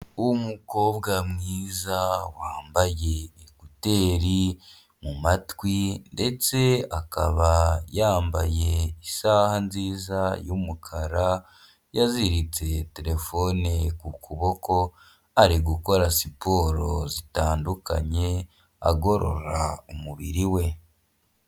Umukobwa mwiza wambaye ikuteri mu matwi, ndetse akaba yambaye isaha nziza y'umukara, yaziritse telefone ku kuboko, ari gukora siporo zitandukanye, agorora umubiri we.